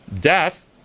Death